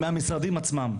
מהמשרדים עצמם.